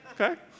okay